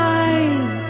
eyes